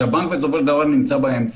כשהבנק בסופו של דבר נמצא באמצע,